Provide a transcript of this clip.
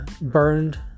Burned